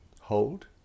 Hold